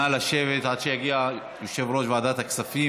נא לשבת, עד שיגיע יושב-ראש ועדת הכספים.